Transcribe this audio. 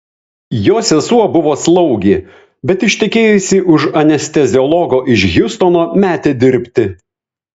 jo sesuo buvo slaugė bet ištekėjusi už anesteziologo iš hjustono metė dirbti